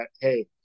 hey